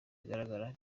bigaragara